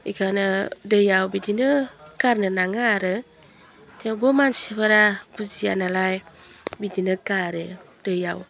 बेखायनो दैयाव बिदिनो गारनो नाङा आरो थेवबो मानसिफोरा बुजिया नालाय बिदिनो गारो दैयाव